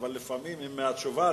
על-פי תשובתה,